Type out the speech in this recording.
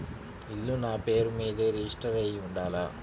ఇల్లు నాపేరు మీదే రిజిస్టర్ అయ్యి ఉండాల?